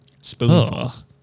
spoonfuls